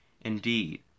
Indeed